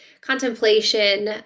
contemplation